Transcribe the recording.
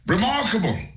Remarkable